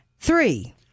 Three